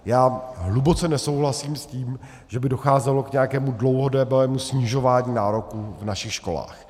Já hluboce nesouhlasím s tím, že by docházelo k nějakému dlouhodobému snižování nároků v našich školách.